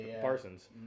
parsons